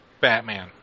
Batman